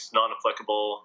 non-applicable